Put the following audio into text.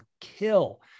kill